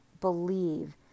believe